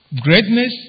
greatness